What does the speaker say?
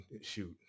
shoot